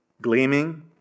gleaming